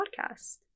podcast